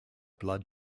blood